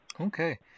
Okay